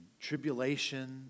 tribulation